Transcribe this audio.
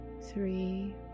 three